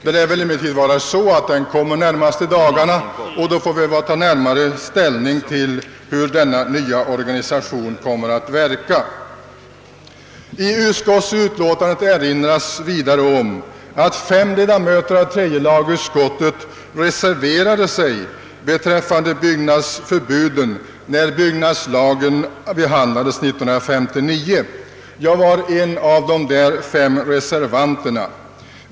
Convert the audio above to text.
Den lär emellertid komma de närmaste dagarna, och då får vi ta ställning till hur denna nya organisation kan tänkas verka. I utskottsutlåtandet erinras om att fem ledamöter av tredje lagutskottet reserverade sig beträffande byggnadsförbuden när byggnadslagen behandlades 1959. Jag var en av de fem reservanterna.